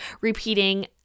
repeating